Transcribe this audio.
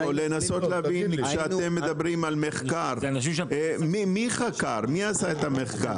כשאתם מדברים על מחקר, מי עשה את המחקר?